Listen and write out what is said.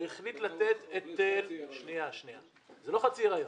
הוא החליט לתת היטל ------ חצי היריון.